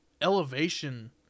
elevation